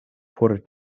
por